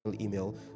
email